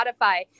Spotify